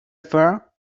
affair